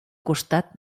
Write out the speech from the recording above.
costat